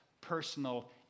personal